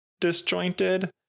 disjointed